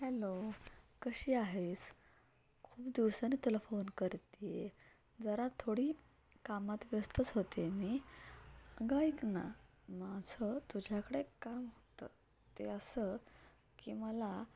hello कशी आहेस खूप दिवसांनी तुला फोन करते आहे जरा थोडी कामात व्यस्तच होते मी अगं ऐक ना माझं तुझ्याकडे काम होतं ते असं की मला